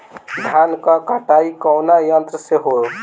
धान क कटाई कउना यंत्र से हो?